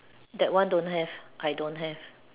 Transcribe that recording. that one don't have I don't have